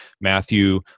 Matthew